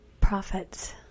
prophets